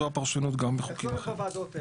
זו הפרשנות גם בחוקים אחרים.